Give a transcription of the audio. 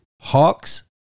Hawks